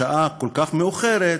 בשעה כל כך מאוחרת,